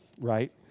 right